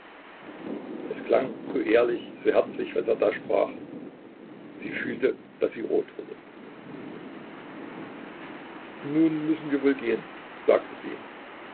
es klang so ehrlich so herzlich was er da sprach sie fühlte daß sie rot wurde nun müssen wir wohl gehen sagte sie